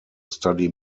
study